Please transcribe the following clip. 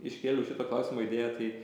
iškėliau šitą klausimą idėją tai